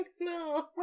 No